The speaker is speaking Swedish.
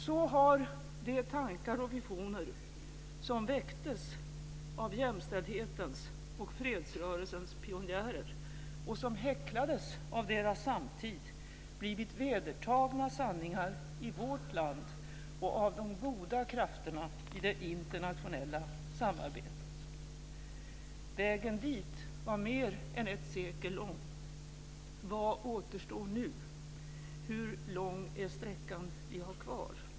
Så har de tankar och visioner som väcktes av jämställdhetens och fredsrörelsens pionjärer och som häcklades av deras samtid blivit vedertagna sanningar i vårt land och av de goda krafterna i det internationella samarbetet. Vägen dit var mer än ett sekel långt. Vad återstår nu? Hur lång är sträckan vi har kvar?